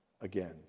again